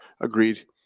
agreed